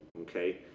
okay